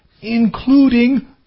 including